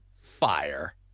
fire